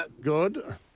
Good